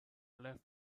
left